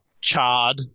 charred